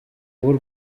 bw’u